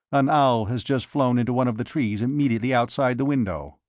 an owl has just flown into one of the trees immediately outside the window.